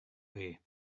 way